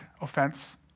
offense